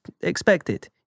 expected